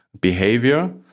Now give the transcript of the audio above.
behavior